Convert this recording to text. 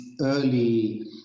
early